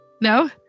no